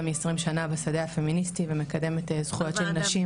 מ-20 שנה בשדה הפמיניסטי ומקדמת זכויות של נשים.